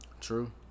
True